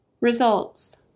Results